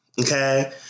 Okay